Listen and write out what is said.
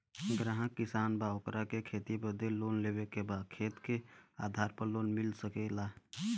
ग्राहक किसान बा ओकरा के खेती बदे लोन लेवे के बा खेत के आधार पर लोन मिल सके ला?